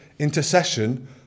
intercession